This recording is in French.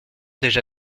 déjà